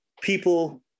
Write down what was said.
people